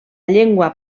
llengua